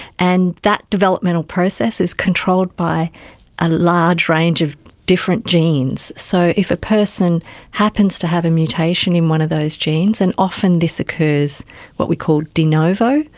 and that developmental process is controlled by a large range of different genes. so if a person happens to have a mutation in one of those genes, then and often this occurs what we call de novo,